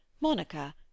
Monica